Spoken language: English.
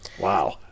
Wow